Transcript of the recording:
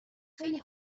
خیلی